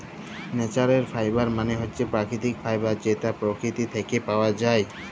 ল্যাচারেল ফাইবার মালে হছে পাকিতিক ফাইবার যেট পকিতি থ্যাইকে পাউয়া যায়